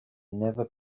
never